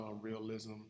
realism